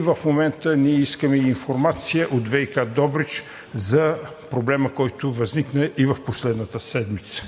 В момента ние искаме информация от ВиК Добрич за проблема, който възникна и в последната седмица.